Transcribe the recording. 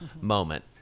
moment